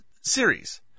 series